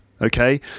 okay